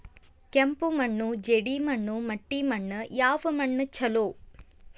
ಕೆಂಪು ಮಣ್ಣು, ಜೇಡಿ ಮಣ್ಣು, ಮಟ್ಟಿ ಮಣ್ಣ ಯಾವ ಮಣ್ಣ ಛಲೋ?